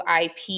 IP